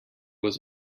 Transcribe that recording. was